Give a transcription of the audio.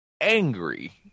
angry